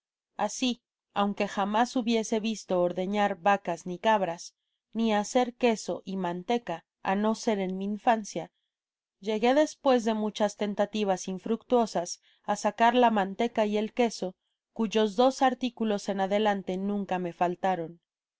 asi aunque jamás hubiese visto ordeñar vacas ni cabras ni hacer queso y manteca á no ser en mi infancia llegué despues de muchas tentativas infructuosas á sacar la manteca y el queso cuyos dos articulos en adelante nunca me faltaron